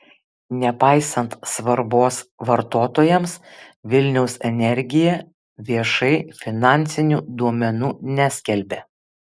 nepaisant svarbos vartotojams vilniaus energija viešai finansinių duomenų neskelbia